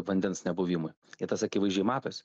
vandens nebuvimui ir tas akivaizdžiai matosi